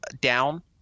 down